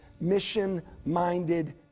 mission-minded